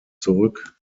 zurück